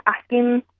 asking